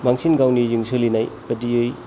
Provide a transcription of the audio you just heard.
बांसिन गावनिजों सोलिनाय बादियै